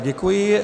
Děkuji.